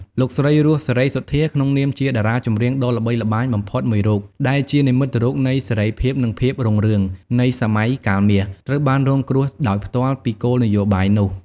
លោកស្រី រស់ សេរីសុទ្ធា ក្នុងនាមជាតារាចម្រៀងដ៏ល្បីល្បាញបំផុតមួយរូប ដែលជា និមិត្តរូបនៃសេរីភាព និងភាពរុងរឿង នៃសម័យកាលមាស ត្រូវបានរងគ្រោះដោយផ្ទាល់ពីគោលនយោបាយនោះ។